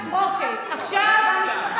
עכשיו זה כבר שוב הזמן.